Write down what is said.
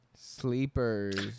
Sleepers